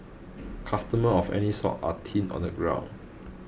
customers of any sort are thin on the ground